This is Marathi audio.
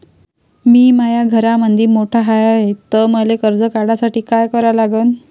मी माया घरामंदी मोठा हाय त मले कर्ज काढासाठी काय करा लागन?